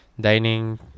dining